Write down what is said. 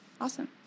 Awesome